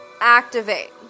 activate